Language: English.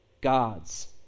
gods